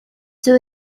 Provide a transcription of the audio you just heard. too